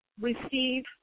receive